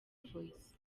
voice